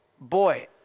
boy